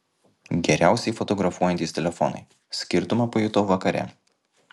geriausiai fotografuojantys telefonai skirtumą pajutau vakare